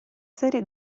serie